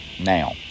Now